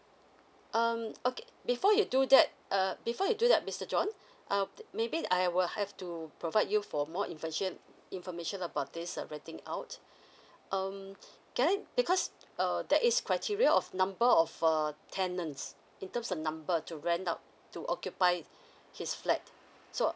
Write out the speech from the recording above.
um okay before you do that err before you do that mister john err maybe I will have to provide you for more information information about this err renting out um can I because err there is criteria of number of err tenants in terms of number to rent out to occupy his flat so